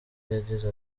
yagize